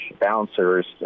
bouncers